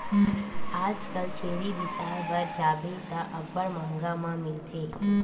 आजकल छेरी बिसाय बर जाबे त अब्बड़ मंहगा म मिलथे